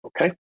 Okay